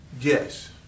Yes